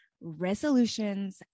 resolutions